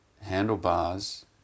handlebars